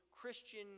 Christian